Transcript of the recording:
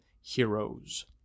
heroes